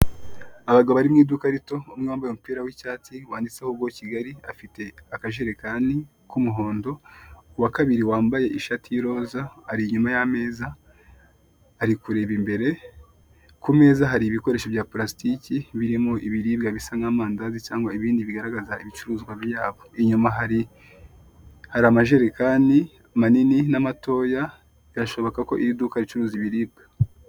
Abagabo bari mw'iduka rito ,umwe wambaye umupira w'icyatsi wanditseho ngo Kigali, afite akajerekani k'umuhondo, uwa kabiri wambaye ishati y'iroza ari inyuma ya meza ari kureba imbere ku meza hari ibikoresho bya parasitike birimo ibiribwa bisa nka mandazi cyangwa ibindi bigaragaza ibicuruzwa byabo. Inyuma hari amajerekani manini na matoya birashoboka ko iriduka ricuruza ibiribwa.